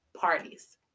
parties